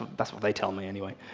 that's what they tell me, anyway.